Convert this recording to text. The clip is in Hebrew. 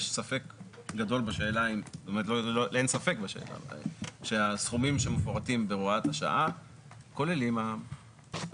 אין ספק בשאלה הזאת וכי הסכומים שמפורטים בהוראת השעה כוללים מע"מ.